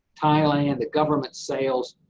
thailand, the government sales,